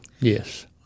yes